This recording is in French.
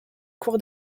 cour